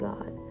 God